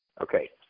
Okay